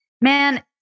man